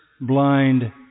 blind